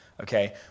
Okay